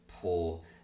pull